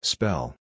Spell